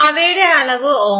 അവയുടെ അളവ് ഓംസിലായിരുന്നു